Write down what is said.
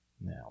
now